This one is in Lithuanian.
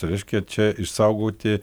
reiškia čia išsaugoti